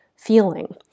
feeling